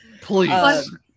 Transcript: Please